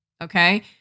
okay